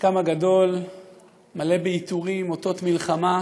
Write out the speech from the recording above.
חלקם הגדול מלא בעיטורים, אותות מלחמה.